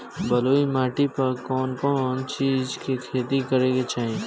बलुई माटी पर कउन कउन चिज के खेती करे के चाही?